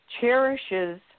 cherishes